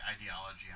ideology